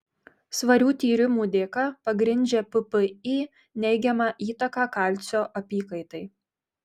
svarių tyrimų dėka pagrindžia ppi neigiamą įtaką kalcio apykaitai